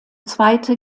zweite